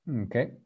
okay